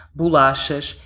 bolachas